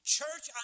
Church